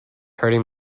hurting